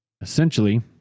essentially